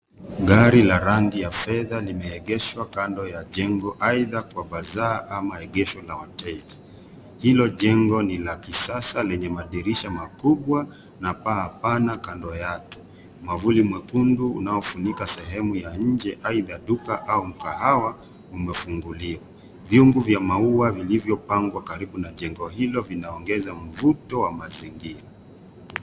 Gari la rangi ya fedha limeegeshwa kando ya jengo aidha kwa bazaa ama egesho la hoteli. Hilo jengo ni la kisasa lenye madirisha makubwa na paa pana kando yake. Mwavuli mwekundu unaofunika sehemu ya nje aidha duka au mkahawa umefunguliwa. Vyungu vya maua vilivyopangwa karibu na jengo hilo vinaongeza mvuto wa mazingira.